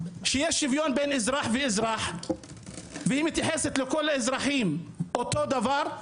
שיש שוויון בין אזרח ואזרח והיא מתייחסת לכל האזרחים אותו דבר,